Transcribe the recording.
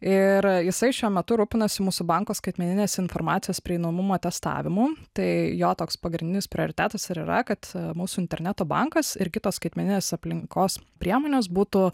ir jisai šiuo metu rūpinasi mūsų banko skaitmeninės informacijos prieinamumo testavimu tai jo toks pagrindinis prioritetas ir yra kad mūsų interneto bankas ir kitos skaitmeninės aplinkos priemonės būtų